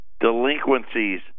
Delinquencies